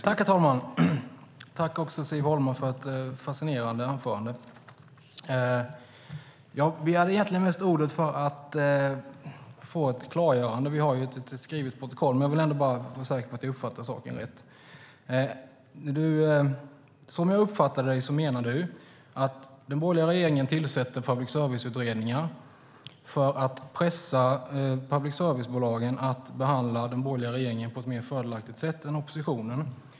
Herr talman! Tack, Siv Holma, för ett fascinerande anförande! Jag begärde egentligen mest ordet för att få ett klargörande. Vi har ett skrivet protokoll, men jag ville ändå bara försäkra mig om att jag uppfattade saken rätt. Som jag uppfattade det menade du att den borgerliga regeringen tillsätter public service-utredningar för att pressa public service-bolagen att behandla den borgerliga regeringen på ett mer fördelaktigt sätt än oppositionen.